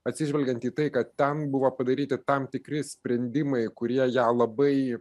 atsižvelgiant į tai kad ten buvo padaryti tam tikri sprendimai kurie ją labai